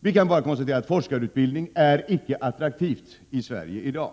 Vi kan bara konstatera att forskarutbildningen icke är attraktiv i Sverige i dag.